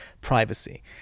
privacy